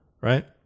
right